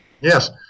Yes